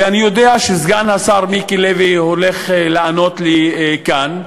ואני יודע שסגן השר מיקי לוי הולך לענות לי כאן,